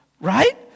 right